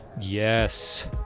Yes